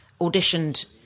Auditioned